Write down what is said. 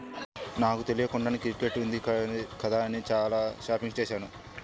నాకు తెలియకుండానే క్రెడిట్ ఉంది కదా అని చానా షాపింగ్ చేశాను